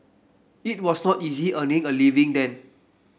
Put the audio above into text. it was not easy earning a living then